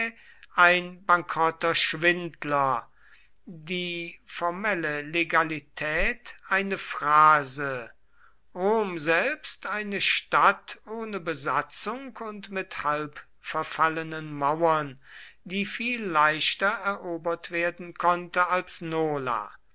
ein bankrotter schwindler die formelle legalität eine phrase rom selbst eine stadt ohne besatzung und mit halbverfallenen mauern die viel leichter erobert werden konnte als nola